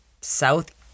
south